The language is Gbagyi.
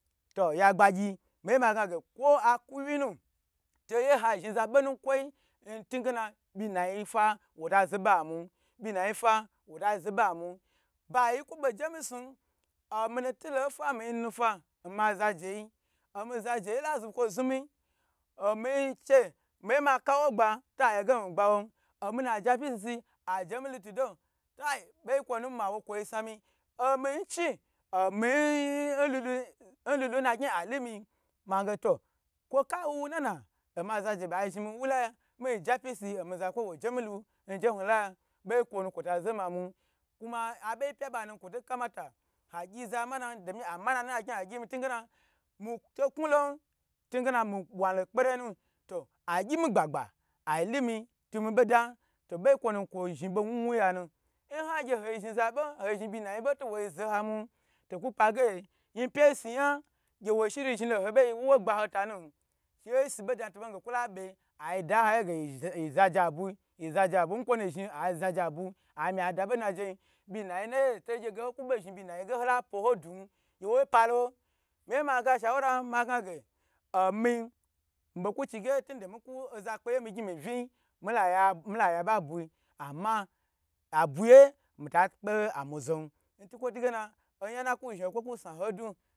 To oya gbagyi migu ma gna ge kwo akuwye nu toya ha zhi za bonukwo i ntunge na byi nayi fa wo ta zobo amu byi na yi fa wo ta zo bomu. Ba yi kwo boje mi snu voni nu tu lo fa minu fa mazaje yi omizaje la zu kwo zumi omi che miye ma ka wo gba to aye ge mi gbawon omina ja pmi sisi ajemi lutuda ahi bei kwo nu n ma wokwo kwo yi sna mi, omi chi omi n omi nnnlulu nna gni alumiji, ma n ge to kwo ka wu onana oma zaje ba zhni mi wu laya, mi ja pyi si omi zakwo yi woje milu nje hu laya, nkwo nu kwo ta zhe mamu kuma a abe yi pya ba nu kwo to kamata agyi za mana domi oza mana nuna gyi agyi ntuge na mito knu lon ntunge na mi bwa hon lo kperenu to agyi mi gba gba ayi lumi tumi beda beyi kwo nu kwo zhni bo wu wuyi ya nu nha gye ho zhni za bo ho zhni byi nayi bo to woyi za mu to ku pa ge yi pye yi nsu yan gye wo shiri zhni lo ho bo yi gye nwo gba ho tanu, yeisu boda to bon ge kwo la be ada nhaye ge ye zaje abu nkwonu zhni azaje abu ada bonajeyi, byi naho to gye ge ho ku bo zhni byi nayi ge ho du na gye wo palo, miye maga shawula ma gna ge omi, mi bo ku chi tunde miku oza kpe ye n migyn mi viyin mila ya mila la ya ba bwi. Ama abwi ye mata kpe amu zon mtige oyan na ku zhni ho kwo kwo sna ho ndu.